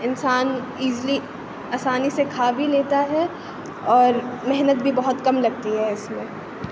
انسان ایزلی آسانی سے کھا بھی لیتا ہے اور محنت بھی بہت کم لگتی ہے اس میں